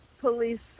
police